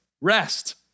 rest